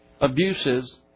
abuses